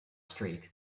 street